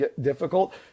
difficult